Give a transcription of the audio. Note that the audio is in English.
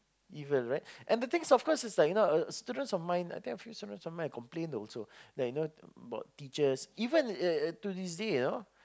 evil right and the thing of course is like you know uh students of mine I I think a few students of mine complain also that you know about teachers even uh uh to this day you know